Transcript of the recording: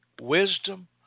wisdom